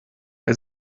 bei